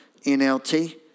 NLT